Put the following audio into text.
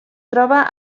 troba